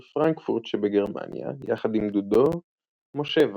פרנקפורט שבגרמניה יחד עם דודו משה וואהרמן.